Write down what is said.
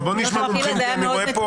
בואו נשמע מומחים כי אני רואה פה